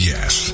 Yes